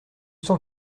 cent